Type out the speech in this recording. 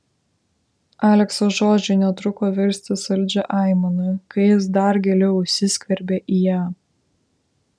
alekso žodžiai netruko virsti saldžia aimana kai jis dar giliau įsiskverbė į ją